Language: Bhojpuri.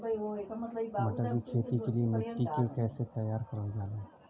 मटर की खेती के लिए मिट्टी के कैसे तैयार करल जाला?